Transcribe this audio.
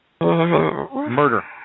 Murder